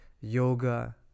yoga